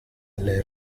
alle